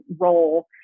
role